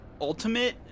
ultimate